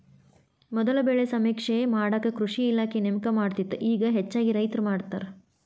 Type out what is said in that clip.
ಮೊದಲ ಬೆಳೆ ಸಮೇಕ್ಷೆ ಮಾಡಾಕ ಕೃಷಿ ಇಲಾಖೆ ನೇಮಕ ಮಾಡತ್ತಿತ್ತ ಇಗಾ ಹೆಚ್ಚಾಗಿ ರೈತ್ರ ಮಾಡತಾರ